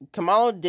Kamala